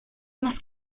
más